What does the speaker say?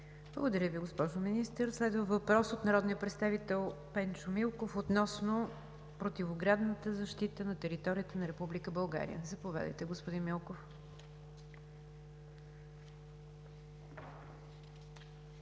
Благодаря Ви, госпожо Министър. Следва въпрос от народния представител Пенчо Милков относно противоградната защита на територията на Република България. Заповядайте, господин Милков.